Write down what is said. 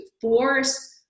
force